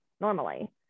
normally